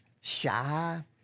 shy